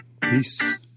Peace